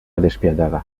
despietada